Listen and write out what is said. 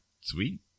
Sweet